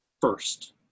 first